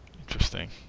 Interesting